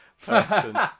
person